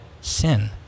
sin